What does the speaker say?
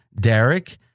Derek